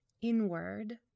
inward